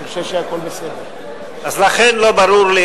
לכן לא ברור לי,